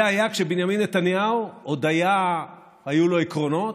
זה היה כשבנימין נתניהו, עוד היו לו עקרונות,